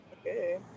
Okay